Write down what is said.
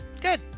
Good